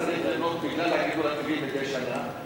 צריך לבנות בגלל הגידול הטבעי מדי שנה,